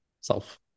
self